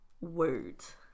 words